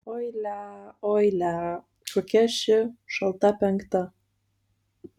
oi lia oi lia kokia ši šalta penkta